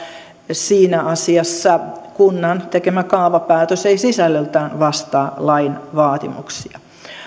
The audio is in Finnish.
asiassa kunnan tekemä kaavapäätös ei sisällöltään vastaa lain vaatimuksia